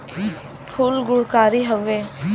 फूल गुणकारी हउवे